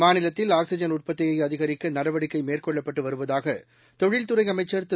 மாநிலத்தில் ஆக்சிஜன் உற்பத்தியை அதிகரிக்க நடவடிக்கை மேற்கொள்ளப்பட்டு வருவதாக தொழில்துறை அமைச்சர் திரு